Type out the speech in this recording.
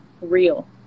real